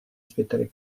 aspettare